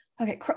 okay